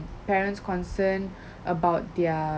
parents concerned about their